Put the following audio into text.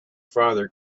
father